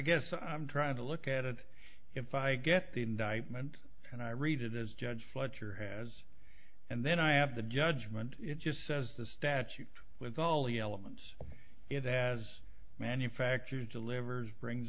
guess i'm trying to look at it if i get the indictment and i read it as judge fletcher has and then i have the judgment it just says the statute with all the elements it has manufactured delivers brings